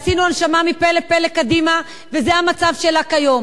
עשינו הנשמה מפה לפה לקדימה, וזה המצב שלה כיום.